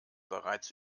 bereits